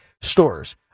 stores